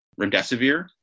remdesivir